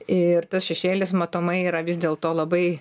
ir tas šešėlis matomai yra vis dėl to labai